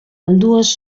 ambdues